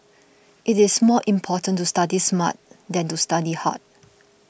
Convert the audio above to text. it is more important to study smart than to study hard